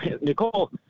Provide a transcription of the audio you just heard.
Nicole